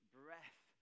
breath